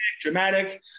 dramatic